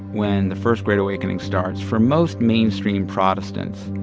when the first great awakening starts, for most mainstream protestants,